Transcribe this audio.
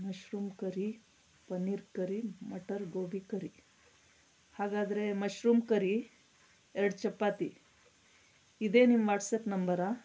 mushroom curry paneer curry matar gobi curry ಹಾಗಾದರೆ mushroom curry ಎರಡು ಚಪಾತಿ ಇದೇ ನಿಮ್ಮ ವಾಟ್ಸಾಪ್ ನಂಬರಾ